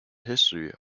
history